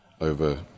over